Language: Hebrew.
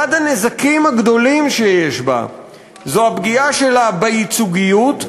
אחד הנזקים הגדולים שיש בה זה הפגיעה שלה בייצוגיות,